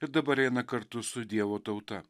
ir dabar eina kartu su dievo tauta